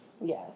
Yes